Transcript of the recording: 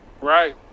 Right